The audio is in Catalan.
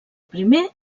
primer